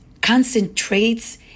concentrates